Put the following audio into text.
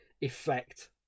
effect